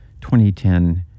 2010